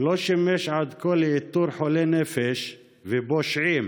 לא שימש עד כה לאיתור חולי נפש ופושעים